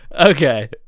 Okay